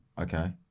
Okay